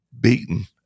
beaten